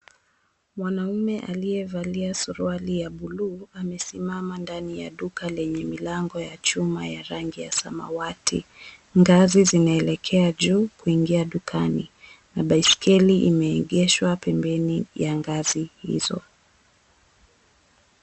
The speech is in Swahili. Mwanamme aliyevalia suruali ya buluu amesimama ndani ya duka lenye milango ya chuma ya rangi ya samawati, ngazi zinaelekea juu kuingia dukani, na baiskeli imeegeshwa pembeni ya ngazi hizo.